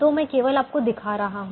तो मैं केवल आपको दिखा रहा हूं